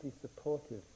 supportive